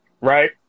right